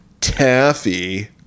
Taffy